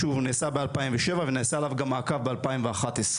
שהוא נעשה ב-2007 ונעשה עליו גם מעקב ב-2011.